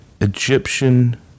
Egyptian